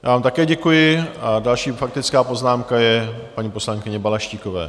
Já vám také děkuji a další faktická poznámka je paní poslankyně Balaštíkové.